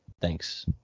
thanks